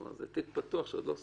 זה תיק פתוח שעוד לא סגרנו.